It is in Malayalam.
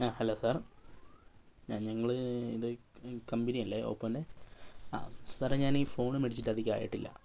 ആ ഹലോ സാർ ആ ഞങ്ങൾ ഇത് കമ്പനിയല്ലേ ഒപ്പോൻ്റെ ആ സാറേ ഞാൻ ഈ ഫോണ് മേടിച്ചിട്ട് അധികം ആയിട്ടില്ല